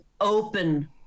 open